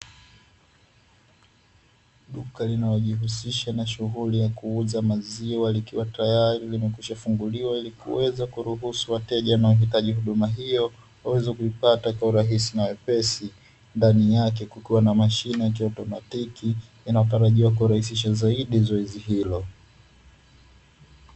Duka linalojihusisha na shughuli ya kuuza maziwa likiwa tayari limekwisha funguliwa, ili kuweza kuwaruhusu wateja wanaohitaji huduma hiyo, waweze kuipata kiurahisi na wepesi huku kukiwa na mashine ya kiotomatiki inayotarajiwa kurahisisha zoezi hilo.